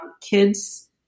kids